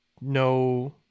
no